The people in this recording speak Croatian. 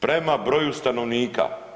prema broju stanovnika.